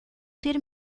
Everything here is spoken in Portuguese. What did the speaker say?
ter